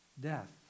death